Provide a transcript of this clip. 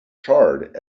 charred